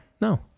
No